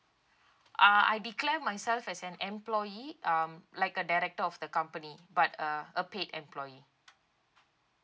ah I declare myself as an employee um like a director of the company but a a paid employee